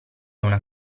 una